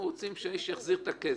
אנחנו רוצים שהאיש יחזיר את הכסף.